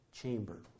chamber